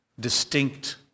distinct